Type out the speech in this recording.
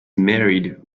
married